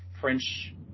French